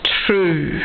true